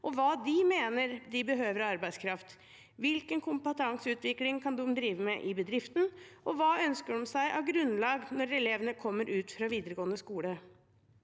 og hva de mener de behøver av arbeidskraft. Hvilken kompetanseutvikling kan de drive med i bedriften, og hva ønsker de seg av grunnlag når elevene kommer fra videregående skole?